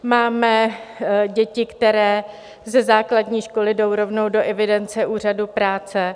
Máme děti, které ze základní školy jdou rovnou do evidence Úřadu práce.